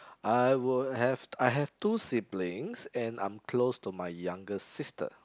I will have I have two siblings and I am close to my younger sister